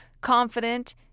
confident